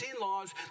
laws